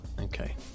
okay